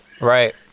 Right